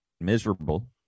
miserable